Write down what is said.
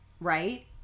right